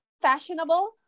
fashionable